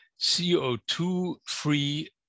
CO2-free